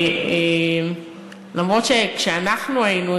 למרות שכשאנחנו היינו,